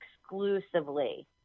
exclusively